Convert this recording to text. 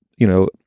you know,